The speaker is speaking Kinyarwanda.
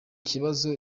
kibazo